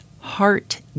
heart